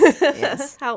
Yes